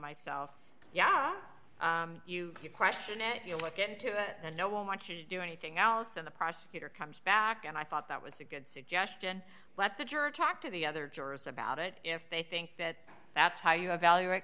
myself yeah you question it you look into it and no one watches you do anything else and the prosecutor comes back and i thought that was a good suggestion let the jury talk to the other jurors about it if they think that that's how you evaluate